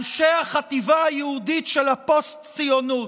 אנשי החטיבה היהודית של הפוסט-ציונות.